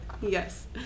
Yes